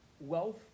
wealth